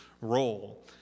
role